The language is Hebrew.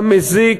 המזיק,